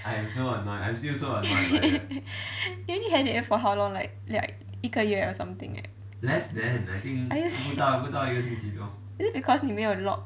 you only had it for how long like like 一个月 or something like that are you serious is it because 你没有 lock